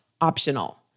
optional